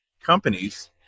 companies